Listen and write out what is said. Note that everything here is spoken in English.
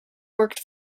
worked